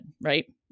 Right